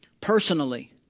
personally